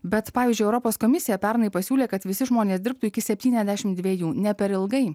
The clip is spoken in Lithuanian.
bet pavyzdžiui europos komisija pernai pasiūlė kad visi žmonės dirbtų iki septyniasdešim dviejų ne per ilgai